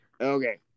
Okay